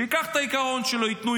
שייקח את העיקרון של "ייתנו,